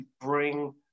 bring